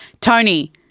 Tony